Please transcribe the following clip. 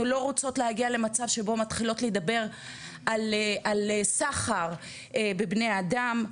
אנחנו לא רוצות להגיע למצב שבו מתחילות לדבר על סחר בבני אדם.